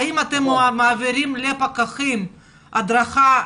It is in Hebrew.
האם אתם מעבירים לפקחים הדרכה?